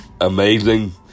amazing